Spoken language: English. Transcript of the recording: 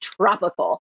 tropical